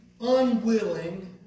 unwilling